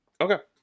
Okay